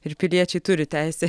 ir piliečiai turi teisę